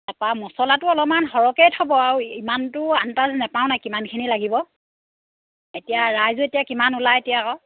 বা মচলাটো অলপমান সৰহকৈয়ে থ'ব আৰু ইমানটো আনটাজ নাপাওঁ নাই কিমানখিনি লাগিব এতিয়া ৰাইজো এতিয়া কিমান ওলাই এতিয়া আকৌ